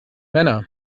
männer